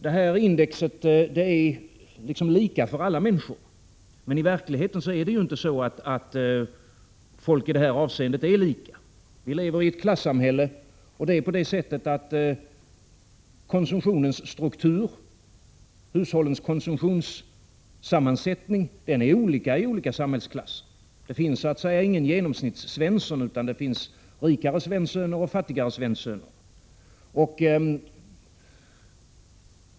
Detta index är lika för alla människor. Men i verkligheten är ju inte folk i detta avseende lika. Vi lever i ett klassamhälle, och konsumtionens struktur och hushållens konsumtionssammansättning är olika i olika samhällsklasser. Det finns ingen Genomsnittssvensson, utan det finns rikare Svensöner och fattigare Svensöner.